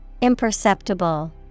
Imperceptible